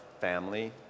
family